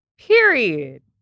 Period